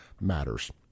matters